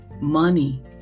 Money